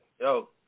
yo